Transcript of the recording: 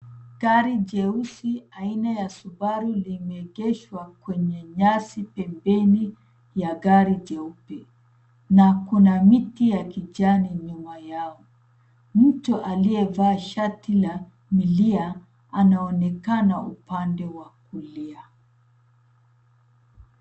Gari jeusi aina ya Subaru limeegeshwa kwenye nyasi pembeni, ya gari jeupe, na kuna miti ya kijani nyuma yao. Mtu aliyevaa shati la milia, anaonekana upande wa kulia.